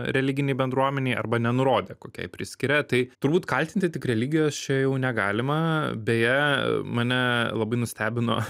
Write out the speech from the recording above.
religinei bendruomenei arba nenurodė kokiai priskiria tai turbūt kaltinti tik religijos čia jau negalima beje mane labai nustebino